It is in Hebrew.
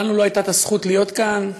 לנו לא הייתה הזכות להיות כאן,